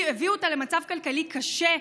הביאו אותה למצב כלכלי קשה.